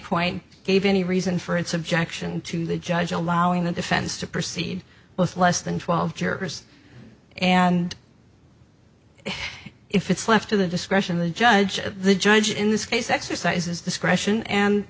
point gave any reason for its objection to the judge allowing the defense to proceed with less than twelve jurors and if it's left to the discretion of the judge the judge in this case exercise his discretion and